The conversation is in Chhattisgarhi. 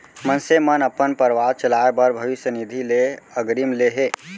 मनसे मन अपन परवार चलाए बर भविस्य निधि ले अगरिम ले हे